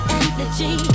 energy